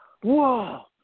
whoa